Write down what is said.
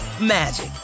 magic